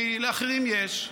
כי לאחרים יש,